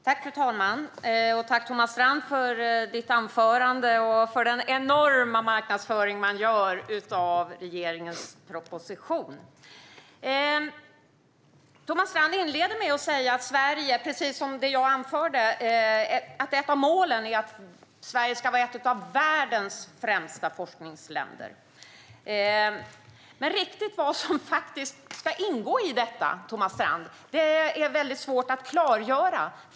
Fru talman! Tack, Thomas Strand, för ditt anförande och för den enorma marknadsföring man gör av regeringens proposition! Thomas Strand inledde med att säga, precis som jag anförde, att ett av målen är att Sverige ska vara ett av världens främsta forskningsländer. Riktigt vad som ska ingå i detta, Thomas Strand, är väldigt svårt att klargöra.